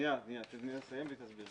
תני לה לסיים והיא תסביר.